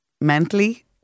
mentally